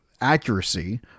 accuracy